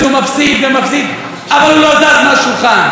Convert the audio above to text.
הוא מפסיד ומפסיד, אבל הוא לא זז מהשולחן.